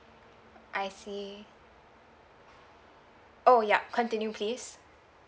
I see oh yup continue please